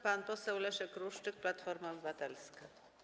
Pan poseł Leszek Ruszczyk, Platforma Obywatelska.